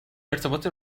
ارتباط